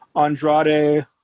Andrade